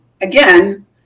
again